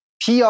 PR